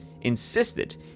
insisted